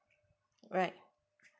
right